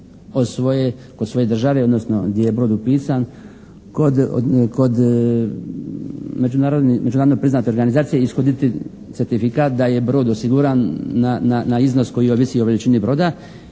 kod svoje države odnosno gdje je brod upisan kod međunarodno priznate organizacije ishoditi certifikat da je brod osiguran na iznos koji ovisi o veličini broda